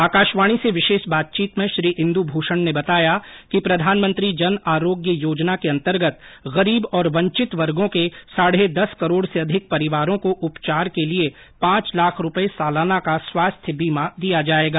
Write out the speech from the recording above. आकाशवाणी से विशेष बातचीत में श्री इंद्भूषण ने बताया कि प्रधानमंत्री जन आरोग्य योजना के अंतर्गत गरीब और वंचित वगों के साढ़े दस करोड़ से अधिक परिवारों को उपचार के लिए पांच लाख रुपये सालाना का स्वास्थ्य बीमा दिया जाएगा